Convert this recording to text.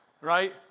Right